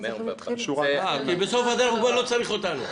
אני אומר --- כי בסוף הדרך הוא כבר לא צריך אותנו.